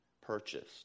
Purchased